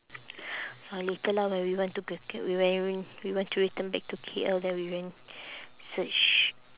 orh later lah when we want to when we want to return back to K_L then we then search